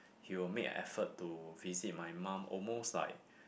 he'll make effort to visit my mom almost like